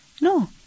No